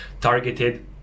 targeted